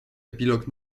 epilog